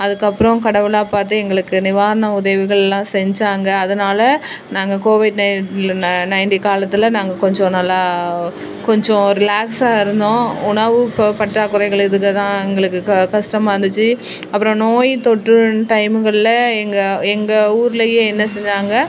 அதுக்கப்புறம் கடவுளாக பார்த்து எங்களுக்கு நிவாரண உதவிகளெலாம் செஞ்சாங்க அதனால் நாங்கள் கோவிட் நைன்ட்டியில் நா நைன்ட்டி காலத்தில் நாங்கள் கொஞ்சம் நல்லா கொஞ்சம் ரிலாக்ஸாக இருந்தோம் உணவு ப பற்றாக்குறைகள் இதுகள் தான் எங்களுக்கு க கஷ்டமா இருந்துச்சு அப்புறம் நோய் தொற்று டைமுகளில் எங்கள் எங்கள் ஊரிலயே என்ன செஞ்சாங்க